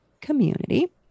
community